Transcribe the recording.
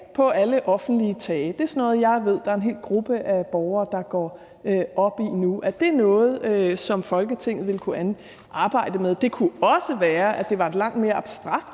på alle offentlige tage. Det er sådan noget, jeg ved der er en hel gruppe af borgere, der går op i nu. Så det kunne handle om, om det er noget, som Folketinget vil kunne arbejde med. Det kunne også være, at det var en langt mere abstrakt